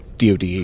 DOD